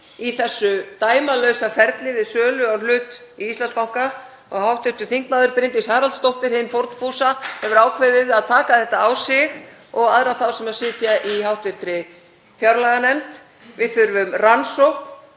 í þessu dæmalausa ferli við sölu á hlut í Íslandsbanka og hv. þm. Bryndís Haraldsdóttir hin fórnfúsa hefur ákveðið að taka þetta á sig og aðra þá sem sitja í hv. fjárlaganefnd. Við þurfum rannsókn,